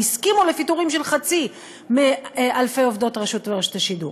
והסכימו לפיטורים של חצי מאלפי עובדות רשות השידור.